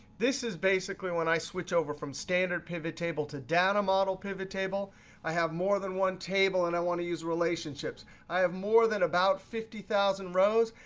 this is basically when i switch over from standard pivottable to data model pivottable. i have more than one table, and i want to use relationships. i have more than about fifty thousand rows,